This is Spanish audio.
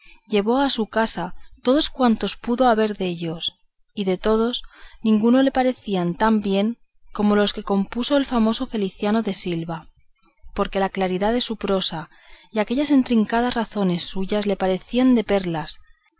llevó a su casa todos cuantos pudo haber dellos y de todos ningunos le parecían tan bien como los que compuso el famoso feliciano de silva porque la claridad de su prosa y aquellas entricadas razones suyas le parecían de perlas